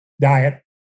diet